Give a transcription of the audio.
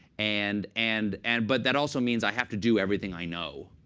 and and and but that also means, i have to do everything i know.